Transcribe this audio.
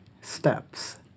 steps